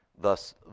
Thus